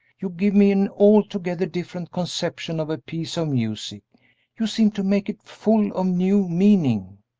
you give me an altogether different conception of a piece of music you seem to make it full of new meaning.